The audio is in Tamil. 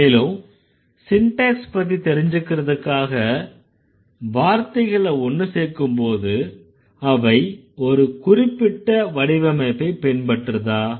மேலும் சிண்டேக்ஸ் பத்தி தெரிஞ்சுக்கறதுக்காக வார்த்தைகளை ஒன்னு சேர்க்கும்போது அவை ஒரு குறிப்பிட்ட வடிவமைப்பை பின்பற்றுதா